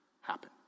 happen